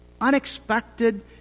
unexpected